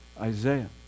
Isaiah